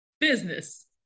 Business